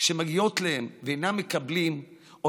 שמגיעות להם והם אינם מקבלים אותן,